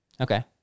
Okay